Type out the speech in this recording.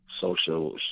social